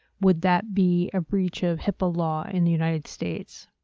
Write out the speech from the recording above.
would that be a breach of hipaa law in the united states?